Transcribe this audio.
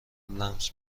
لمس